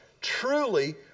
truly